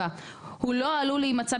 (4)הוא לא עלול להימצא,